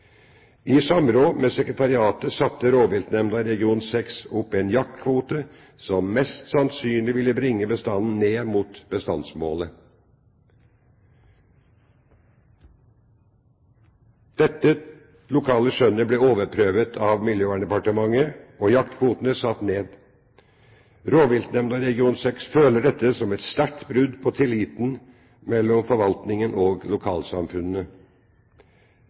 i regionen. I samråd med sekretariatet satte rovviltnemnda i region 6 opp en jaktkvote som mest sannsynlig ville bringe bestanden ned mot bestandsmålet. Dette lokale skjønnet ble overprøvd av Miljøverndepartementet, og jaktkvotene satt ned. Rovviltnemnda i region 6 føler dette som et sterkt brudd på tilliten mellom forvaltningen og lokalsamfunnene.